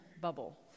bubble